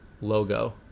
logo